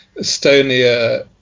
Estonia